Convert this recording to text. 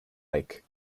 lake